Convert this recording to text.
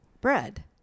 bread